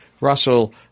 Russell